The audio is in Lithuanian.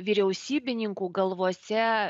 vyriausybininkų galvose